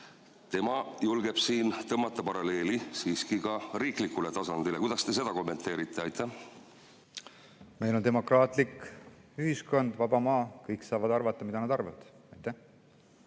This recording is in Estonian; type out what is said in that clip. Tema julgeb siin tõmmata paralleeli siiski ka riikliku tasandiga. Kuidas te seda kommenteerite? Meil on demokraatlik ühiskond, vaba maa, kõik saavad arvata, mida nad arvavad. Meil